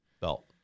belt